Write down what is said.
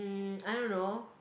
I don't know